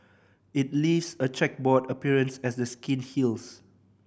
it leaves a chequerboard appearance as the skin heals